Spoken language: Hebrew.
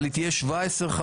אבל היא תהיה 17 חברים,